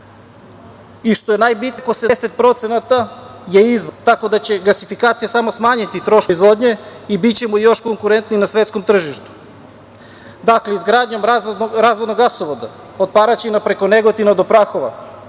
i, što je najbitnije, preko 70% je izvoz, tako da će gasifikacija samo smanjiti troškove proizvodnje i bićemo još konkurentniji na svetskom tržištu. Dakle, izgradnjom razvodnog gasovoda od Paraćina preko Negotina do Prahova